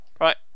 Right